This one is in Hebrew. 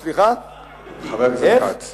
גם אלסאנע הוא דתי.